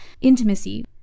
intimacy